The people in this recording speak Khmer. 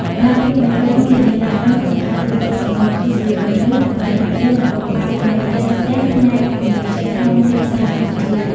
តម្លាភាពនៃក្រុមហ៊ុនធានារ៉ាប់រងក្នុងការទូទាត់សំណង គឺជាគន្លឹះដើម្បីលុបបំបាត់ចំណុចរាំងស្ទះផ្នែកទំនុកចិត្តក្នុងទីផ្សារកម្ពុជា។